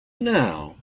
now